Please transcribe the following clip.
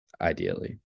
ideally